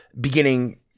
beginning